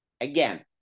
Again